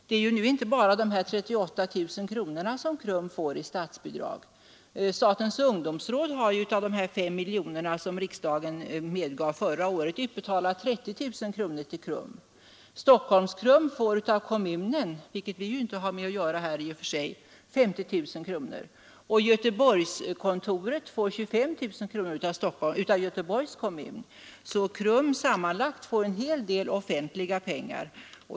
Det är ju inte bara fråga om de 38 000 kronor som KRUM får i 135 statsbidrag. Statens ungdomsråd har ju av de 5 miljoner som riksdagen medgav förra året utbetalat 30 000 kronor till KRUM. Stockholms KRUM får av kommunen, vilket vi i och för sig inte har något att göra med här i riksdagen, 50 000 kronor. Göteborgskontoret får vidare 25 000 kronor av Göteborgs kommun. KRUM får följaktligen sammanlagt en hel del offentliga pengar.